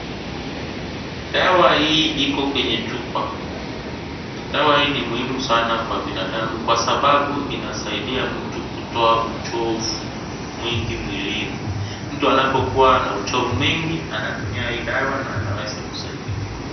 Dawa hii iko kwenye chupa ,dawa hii ni muhimu sana Kwa binadamu Kwa sababu inasaidia mtu kutoa uchovu mwing mwilini . Mtu anapokuwa na uchofu mingi anatumia hii dawa na anaweza kusaidika.